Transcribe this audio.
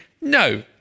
no